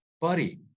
buddy